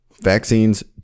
Vaccines